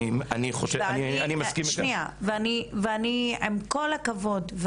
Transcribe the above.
עם כל הכבוד,